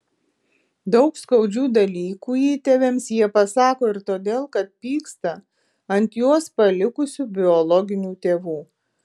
daug skaudžių dalykų įtėviams jie pasako ir todėl kad pyksta ant juos palikusių biologinių tėvų